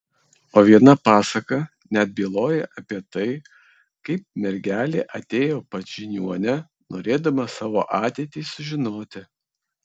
o viena pasaka net byloja apie tai kaip mergelė atėjo pas žiniuonę norėdama savo ateitį sužinoti